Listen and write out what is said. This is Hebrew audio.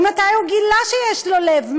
ממתי הוא גילה שיש לו לב?